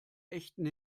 echten